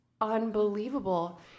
unbelievable